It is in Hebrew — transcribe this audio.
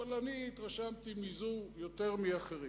אבל אני התרשמתי מזו יותר מאחרות,